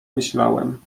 myślałem